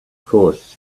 course